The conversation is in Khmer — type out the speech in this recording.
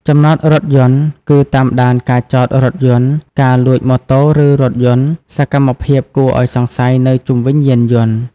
ចំណតរថយន្ត គឺតាមដានការចតរថយន្ត ការលួចម៉ូតូឬរថយន្ត សកម្មភាពគួរឱ្យសង្ស័យនៅជុំវិញយានយន្ត។